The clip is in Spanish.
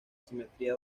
simetría